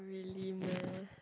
really meh